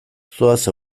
zoaz